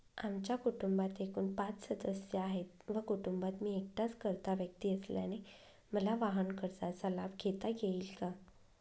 आमच्या कुटुंबात एकूण पाच सदस्य आहेत व कुटुंबात मी एकटाच कर्ता व्यक्ती असल्याने मला वाहनकर्जाचा लाभ घेता येईल का?